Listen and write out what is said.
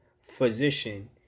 physician